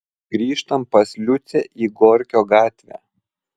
grįžtam pas liucę į gorkio gatvę